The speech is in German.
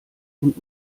und